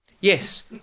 Yes